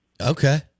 Okay